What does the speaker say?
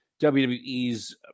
WWE's